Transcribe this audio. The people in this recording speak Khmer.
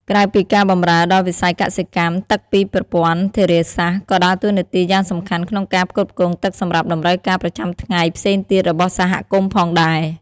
ក្រៅពីការបម្រើដល់វិស័យកសិកម្ម ទឹកពីប្រព័ន្ធធារាសាស្ត្រក៏ដើរតួនាទីយ៉ាងសំខាន់ក្នុងការផ្គត់ផ្គង់ទឹកសម្រាប់តម្រូវការប្រចាំថ្ងៃផ្សេងទៀតរបស់សហគមន៍ផងដែរ។